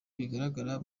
bigaragara